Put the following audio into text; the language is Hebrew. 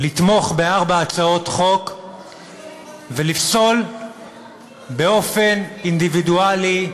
לתמוך בארבע הצעות חוק ולפסול באופן אינדיבידואלי,